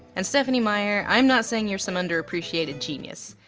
and stephenie meyer i'm not saying you're some underappreciated genius,